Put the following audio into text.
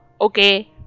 okay